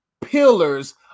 pillars